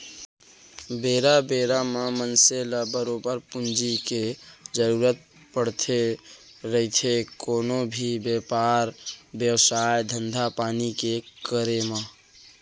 बेरा बेरा म मनसे ल बरोबर पूंजी के जरुरत पड़थे रहिथे कोनो भी बेपार बेवसाय, धंधापानी के करे म